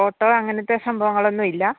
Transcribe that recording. photo അങ്ങനത്തെ സംഭവങ്ങൾ ഒന്നും ഇല്ല